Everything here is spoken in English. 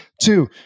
Two